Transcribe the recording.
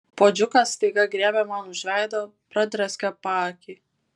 puodžiukas staiga griebė man už veido pradrėskė paakį